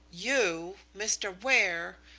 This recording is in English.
you! mr. ware!